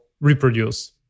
reproduce